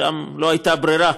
שם לא הייתה ברירה,